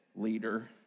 leader